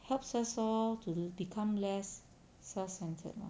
helps us all to become less self-centred lor